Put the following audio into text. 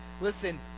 listen